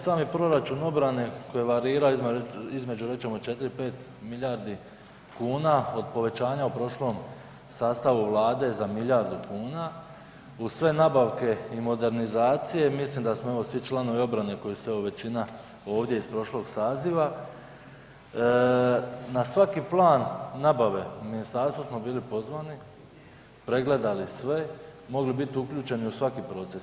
Sami proračun obrane koji varira između rečemo 4, 5 milijardi kuna od povećanja u prošlom sastavu Vlade za milijardu kuna uz sve nabavke i modernizacija mislim da smo evo svi članovi obrane koji ste evo većina ovdje iz prošlog saziva, na svaki plan nabave u ministarstvo smo bili pozvani, pregledali sve, mogli biti uključeni u svaki proces.